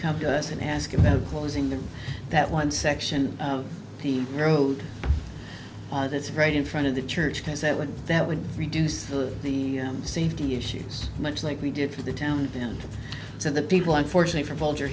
come to us and ask about closing the that one section of the road that's right in front of the church because that would that would reduce the safety issues much like we did for the town and so the people unfortunate for